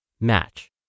match